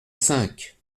cinq